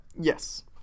Yes